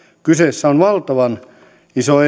kyseessä on valtavan iso